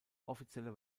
offizielle